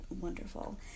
wonderful